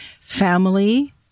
family